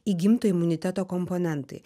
įgimto imuniteto komponentai